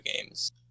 games